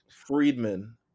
Friedman